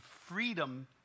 freedom